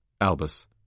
Albus